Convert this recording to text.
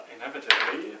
Inevitably